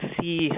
see